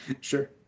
Sure